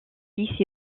fils